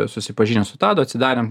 susipažinę su tadu atsidarėm